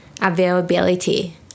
Availability